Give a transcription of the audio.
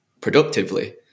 productively